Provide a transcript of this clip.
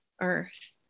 earth